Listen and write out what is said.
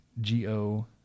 G-O